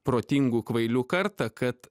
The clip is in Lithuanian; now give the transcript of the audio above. protingų kvailių kartą kad